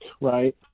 right